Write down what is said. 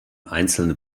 einzelne